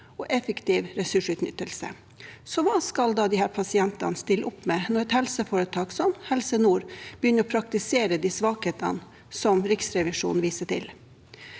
og effektiv ressursutnyttelse. Hva skal så disse pasientenes stille opp med når et helseforetak som Helse nord begynner å praktisere de svakhetene som Riksrevisjonen viser til?